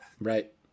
Right